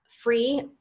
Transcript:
free